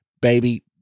Baby